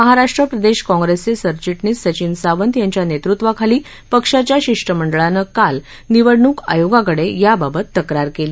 महाराष्ट्र प्रदेश काँग्रेसचे सरविटणीस सचिन सावंत यांच्या नेतृत्वाखाली पक्षाच्या शिष्टमंडळानं काल निवडणूक आयोगाकडे याबाबत तक्रार केली